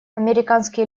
американские